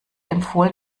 empfohlen